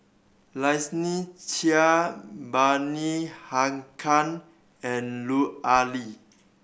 Lynnette Seah Bani Haykal and Lut Ali